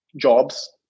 jobs